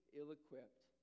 ill-equipped